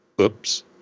Oops